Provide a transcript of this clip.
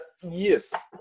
yes